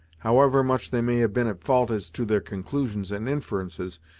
however much they may have been at fault as to their conclusions and inferences,